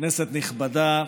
כנסת נכבדה,